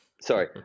Sorry